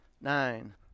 nine